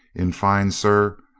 in fine, sir,